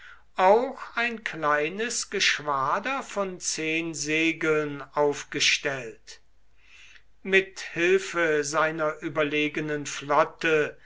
auch ein kleines geschwader von zehn segeln aufgestellt mit hilfe seiner überlegenen flotte